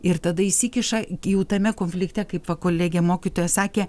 ir tada įsikiša jau tame konflikte kaip va kolegė mokytoja sakė